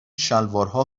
شلوارها